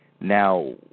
Now